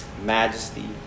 majesty